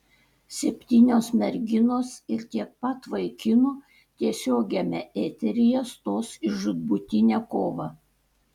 septynios merginos ir tiek pat vaikinų tiesiogiame eteryje stos į žūtbūtinę kovą